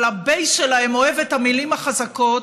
אבל ה-base שלהם אוהב את המילים החזקות.